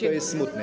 To jest smutne.